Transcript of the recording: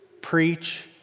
preach